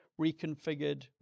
reconfigured